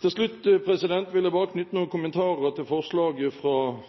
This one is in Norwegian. Til slutt vil jeg bare knytte noen kommentarer til forslaget fra